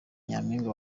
nyampinga